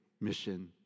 mission